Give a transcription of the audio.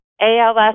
ALS